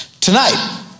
tonight